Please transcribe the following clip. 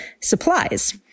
supplies